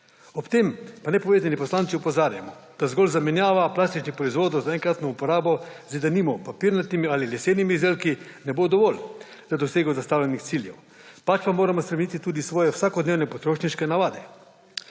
Ob tem pa nepovezani poslanci opozarjamo, da zgolj zamenjava plastičnih proizvodov za enkratno uporabo, denimo, s papirnatimi ali lesenimi izdelki ne bo dovolj za dosego zastavljenih ciljev, pač pa moramo spremeniti tudi svoje vsakodnevne potrošniške navade.